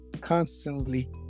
constantly